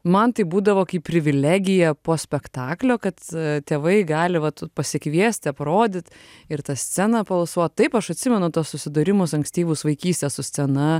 man tai būdavo kaip privilegija po spektaklio kad tėvai gali vat pasikviesti aprodyt ir ta scena paalsuot taip aš atsimenu tuos susidūrimus ankstyvus vaikystės su scena